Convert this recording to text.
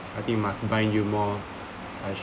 I think must bind you more